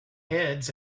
heads